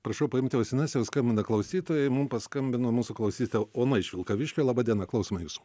prašau paimti ausines jau skambina klausytojai mum paskambino mūsų klausytoja ona iš vilkaviškio laba diena klausome jūsų